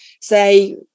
say